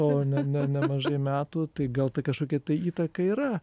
o ne ne nemažai metų tai gal ta kažkokia tai įtaka yra